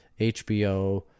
HBO